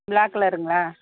black கலருங்களா